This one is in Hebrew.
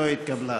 לא התקבלה.